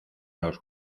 los